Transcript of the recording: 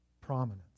prominence